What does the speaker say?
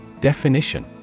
Definition